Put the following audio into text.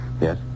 Yes